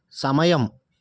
సమయం